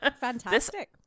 Fantastic